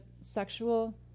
sexual